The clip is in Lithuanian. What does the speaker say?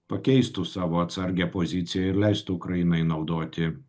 pakeistų savo atsargią poziciją ir leistų ukrainai naudoti